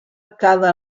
cada